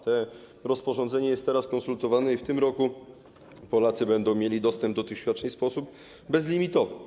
To rozporządzenie jest teraz konsultowane i w tym roku Polacy będą mieli dostęp do tych świadczeń w sposób bezlimitowy.